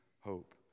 hope